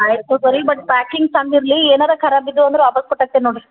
ಆಯ್ತು ತೊಗೋರಿ but packing ಚಂದಿರಲಿ ಏನಾರ ಖರಾಬ್ ಇದ್ದವು ಅಂದ್ರೆ ವಾಪಸ್ ಕೊಟ್ಟಾಕ್ತೆನ ನೋಡಿರಿ